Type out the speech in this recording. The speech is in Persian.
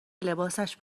لباسش